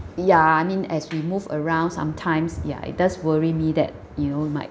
ya I mean as we move around sometimes ya it does worry me that you know we might